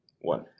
One